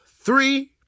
three